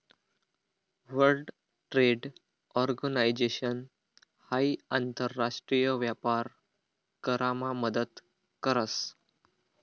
world trade organisation हाई आंतर राष्ट्रीय व्यापार करामा मदत करस